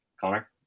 Connor